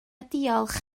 diolch